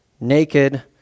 naked